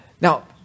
Now